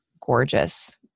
gorgeous